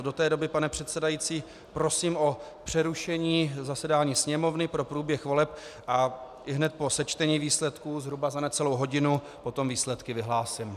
Do té doby, pane předsedající, prosím o přerušení zasedání Sněmovny pro průběh voleb a ihned po sečtení výsledků, zhruba za necelou hodinu, potom výsledky vyhlásím.